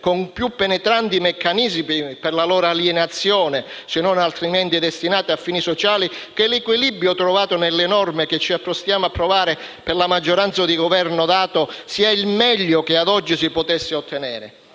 con più penetranti meccanismi per la loro alienazione, se non altrimenti destinati a fini sociali - che l'equilibrio trovato nelle norme che ci apprestiamo ad approvare, per la maggioranza di Governo data, sia il meglio che ad oggi si potesse ottenere.